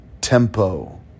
tempo